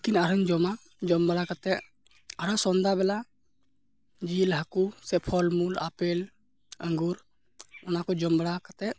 ᱛᱤᱠᱤᱱ ᱟᱨᱦᱚᱸᱧ ᱡᱚᱢᱟ ᱡᱚᱢᱵᱟᱲᱟ ᱠᱟᱛᱮᱫ ᱟᱨᱚ ᱥᱚᱱᱫᱷᱟᱵᱮᱞᱟ ᱡᱤᱞ ᱦᱟᱹᱠᱚ ᱥᱮ ᱯᱷᱚᱞᱢᱩᱞ ᱟᱯᱮᱞ ᱟᱺᱜᱩᱨ ᱚᱱᱟᱠᱚ ᱡᱚᱢᱵᱟᱲᱟ ᱠᱟᱛᱮᱫ